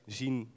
zien